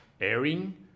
airing